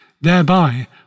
thereby